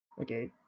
Okay